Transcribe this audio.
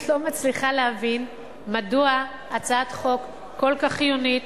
אני באמת לא מצליחה להבין מדוע הצעת חוק כל כך חיונית,